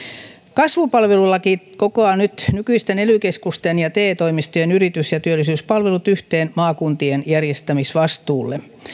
kasvupalvelulaki kokoaa nyt nykyisten ely keskusten ja te toimistojen yritys ja työllisyyspalvelut yhteen maakuntien järjestämisvastuulle